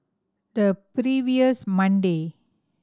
the previous Monday